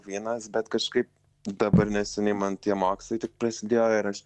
vienas bet kažkaip dabar neseniai man tie mokslai tik prasidėjo ir aš